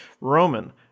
roman